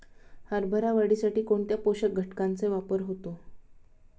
हरभरा वाढीसाठी कोणत्या पोषक घटकांचे वापर होतो?